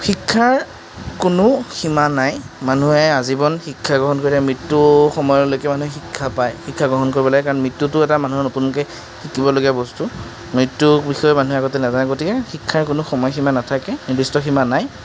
শিক্ষাৰ কোনো সীমা নাই মানুহে আজীৱন শিক্ষা গ্ৰহণ কৰিলে মৃত্য়ু সময়লৈকে মানুহে শিক্ষা পাই শিক্ষা গ্ৰহণ কৰিব লাগে কাৰণ মৃত্য়ুটো এটা মানুহে নতুনকৈ শিকিবলগীয়া বস্তু মৃত্য়ুৰ বিষয়ে মানুহে আগতে নাজানে গতিকে শিক্ষাৰ কোনো সময়সীমা নাথাকে নিদিৰ্ষ্ট সীমা নাই